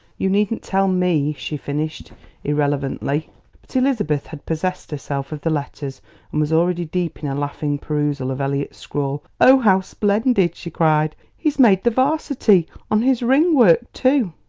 you needn't tell me! she finished irrelevantly. but elizabeth had possessed herself of the letters, and was already deep in a laughing perusal of elliot's scrawl. oh, how splendid! she cried he's made the varsity, on his ring work, too!